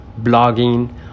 blogging